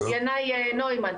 ינאי נוימן.